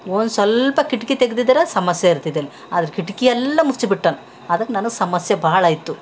one ಸ್ವಲ್ಪ ಕಿಟಕಿ ತೆಗೆದಿದ್ದೀರ ಸಮಸ್ಯೆ ಇರ್ತಿದ್ದಿಲ್ಲ ಆದರೆ ಕಿಟಕಿ ಎಲ್ಲ ಮುಚ್ಚಿ ಬಿಟ್ಟಾನ ಅದಕ್ಕ ನನಗೆ ಸಮಸ್ಯೆ ಭಾಳ ಆಯಿತು